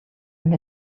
amb